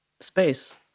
space